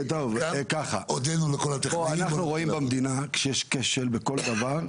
אנחנו רואים במדינה כשיש כשל בכל דבר,